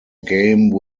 game